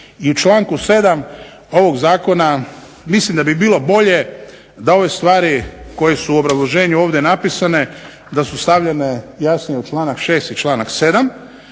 6. i članku 7. ovog zakona mislim da bi bilo bolje da ove stvari koje su u ovom obrazloženju napisane da su stavljene jasnije u članak 6. i članak 7.